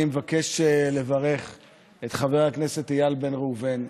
אני מבקש לברך את חבר הכנסת איל בן ראובן,